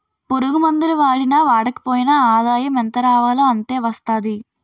పురుగుమందులు వాడినా వాడకపోయినా ఆదాయం ఎంతరావాలో అంతే వస్తాది